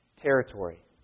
territory